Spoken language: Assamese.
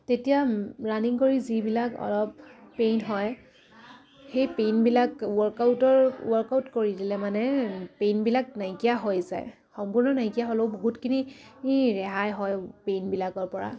তেতিয়া ৰানিং কৰি যিবিলাক অলপ পেইন হয় সেই পেইনবিলাক ৱৰ্কআউটৰ ৱৰ্কআউট কৰি দিলে মানে পেইনবিলাক নাইকিয়া হৈ যায় সম্পূৰ্ণ নাইকিয়া হ'লেও বহুতখিনি ৰেহাই হয় পেইনবিলাকৰ পৰা